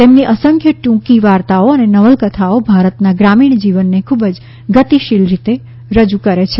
તેમની અસંખ્ય ટૂંકી વાર્તાઓ અને નવલકથાઓ ભારતના ગ્રામીણ જીવનને ખૂબ જ ગતિશીલ રીતે રજૂ કરે છે